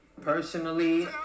Personally